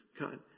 God